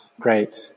great